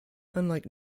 unlike